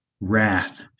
wrath